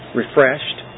refreshed